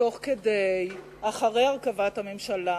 תוך כדי, אחרי הרכבת הממשלה,